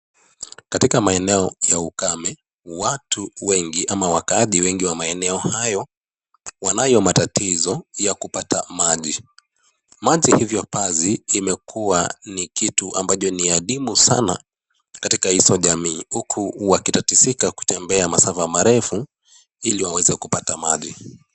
Katika maeneo ya ukame, watu wengi ama wakaaji wengi wa maeneo hayo, wanayo matatizo ya kupata maji. Maji hivyo basi, imekuwa ni kitu ambacho ni adimu sana katika hizo jamii, huku wakitatizika kutembea masafa marefu, ili waweze kupata maji.